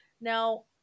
Now